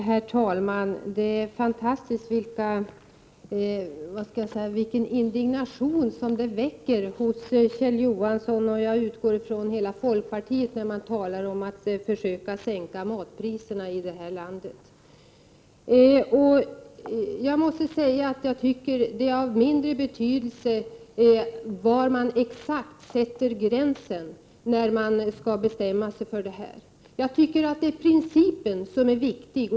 Herr talman! Det är fantastiskt vilken indignation det väcker hos Kjell Johansson — och jag utgår från att det gäller hela folkpartiet — när man talar om att försöka sänka matpriserna i vårt land. Jag måste säga att jag tycker att det är av mindre betydelse var exakt man sätter gränserna när man skall bestämma sig för detta. Det är principen som är viktig.